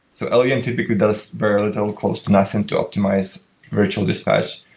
so yeah typically does very little, close to nothing to optimize virtual dispatch.